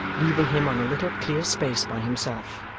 leaving him on a little clear space by himself.